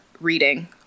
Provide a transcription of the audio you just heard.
reading